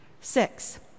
Six